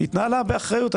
התנהלה באחריות.